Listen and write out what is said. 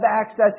access